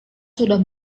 sudah